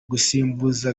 gusimbuza